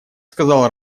сказал